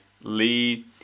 Lee